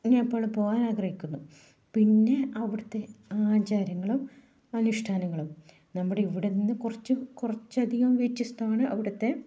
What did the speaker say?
നേപ്പാളിൽ പോകാൻ ആഗ്രഹിക്കുന്നു പിന്നെ അവിടുത്തെ ആചാരങ്ങളും അനുഷ്ഠാനങ്ങളും നമ്മുടെ ഇവിടുന്ന് കുറച്ച് കുറച്ചധികം വ്യത്യസ്തമാണ് അവിടുത്തെ